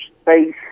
space